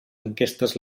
enquestes